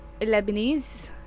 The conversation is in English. lebanese